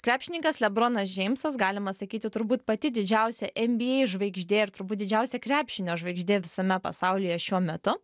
krepšininkas lebronas džeimsas galima sakyti turbūt pati didžiausia nba žvaigždė ir turbūt didžiausia krepšinio žvaigždė visame pasaulyje šiuo metu